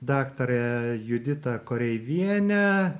daktarę juditą koreivienę